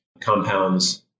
compounds